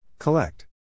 Collect